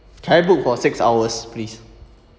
can I book for six hours please